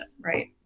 right